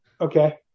Okay